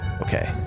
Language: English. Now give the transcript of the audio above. Okay